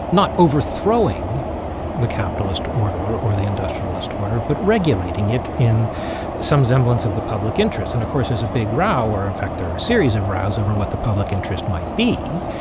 not overthrowing the capitalist order or the industrialist order, but regulating it in some semblance of the public interest. and of course there's a big row, or in fact there are a series of rows, over what the public interest might be.